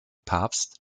papst